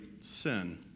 sin